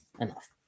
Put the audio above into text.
enough